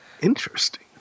Interesting